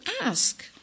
ask